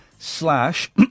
slash